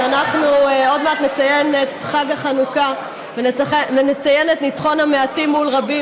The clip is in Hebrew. שאנחנו עוד מעט נציין את חג החנוכה ונציין את ניצחון המעטים מול רבים,